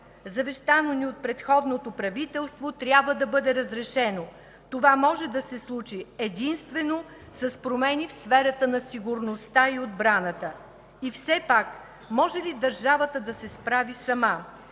завещано ни от предходното правителство, трябва да бъде разрешено. Това може да се случи единствено с промени в сферата на сигурността и отбраната. И все пак може ли държавата да се справи сама?